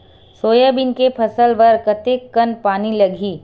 Soybean के फसल बर कतेक कन पानी लगही?